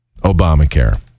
Obamacare